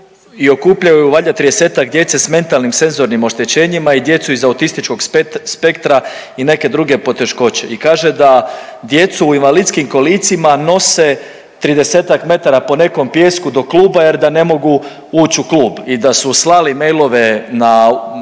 kolicima nose 30-ak metar ponekom pijesku do kluba jer da ne mogu ući u klub. I da su slali mailove na